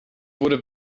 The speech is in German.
wurde